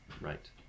right